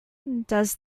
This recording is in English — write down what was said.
does